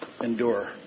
endure